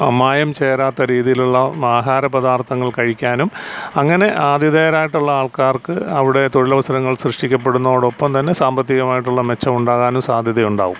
മായം ചേരാത്ത രീതിയിലുള്ള ആഹാര പദാർത്ഥങ്ങൾ കഴിക്കാനും അങ്ങനെ ആതിഥേയരായിട്ടുള്ള ആൾക്കാർക്ക് അവിടെ തൊഴിലവസരങ്ങൾ സൃഷ്ടിക്കപ്പെടുന്നോടൊപ്പം തന്നെ സാമ്പത്തികമായിട്ടുള്ള മെച്ചം ഉണ്ടാകാനും സാദ്ധ്യതയുണ്ടാകും